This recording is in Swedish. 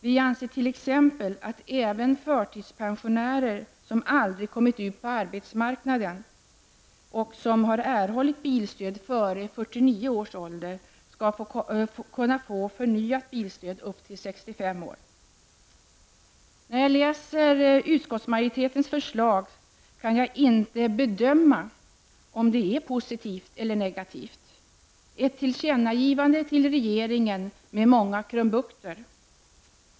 Vi anser t.ex. att även förtidspensionärer som aldrig kommit ut på arbetsmarknaden och som erhållit bilstöd före 49 När jag läser utskottsmajoritetens förslag kan jag inte bedöma om det är positivt eller negativt -- ett tillkännagivande till regeringen med många krumbukter.